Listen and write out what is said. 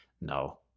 no